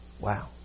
Wow